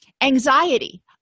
Anxiety